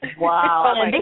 Wow